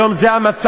היום זה המצב.